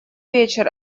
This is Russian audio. вечер